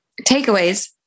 takeaways